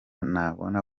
nabona